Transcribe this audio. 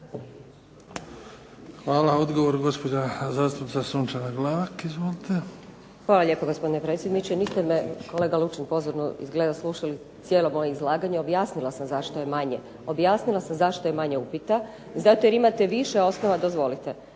Hvala. Odgovor, gospođa zastupnica Sunčana Glavak. Izvolite. **Glavak, Sunčana (HDZ)** Hvala lijepo, gospodine predsjedniče. Niste me kolega Lučin pozorno izgleda slušali, cijelo moje izlaganje. Objasnila sam zašto je manje, objasnila sam zašto je manje upita. Zato jer imate više osnova, dozvolite,